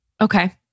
Okay